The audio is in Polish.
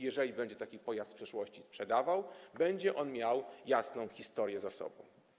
Jeżeli będzie taki pojazd w przyszłości sprzedawał, będzie on miał jasną historię za sobą.